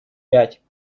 пять